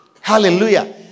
Hallelujah